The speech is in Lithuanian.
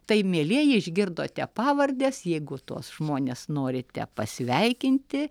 tai mielieji išgirdote pavardes jeigu tuos žmones norite pasveikinti